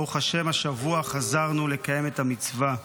ברוך השם, השבוע חזרנו לקיים את המצווה.